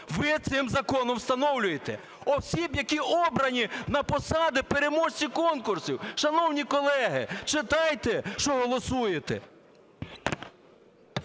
Ви цим законом встановлюєте осіб, які обрані на посади переможців конкурсів. Шановні колеги, читайте, що голосуєте.